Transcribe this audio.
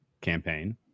campaign